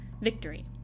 Victory